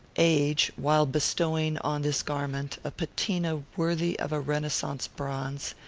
age, while bestowing on this garment a patine worthy of a renaissance bronze,